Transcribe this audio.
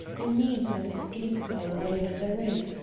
a means of escape by way of the roof,